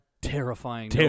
terrifying